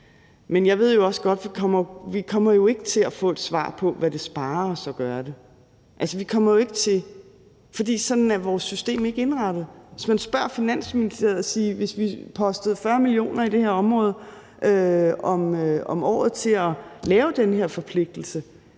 men jeg ved jo også godt, at vi ikke kommer til at få et svar på, hvad det sparer os at gøre det, for sådan er vores system ikke indrettet. Hvis man spørger Finansministeriet om, hvad man ville spare, hvis man postede 40 mio. kr. om året ind i det her område til at lave den her forpligtelse,